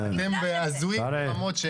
אתם הזויים ברמות.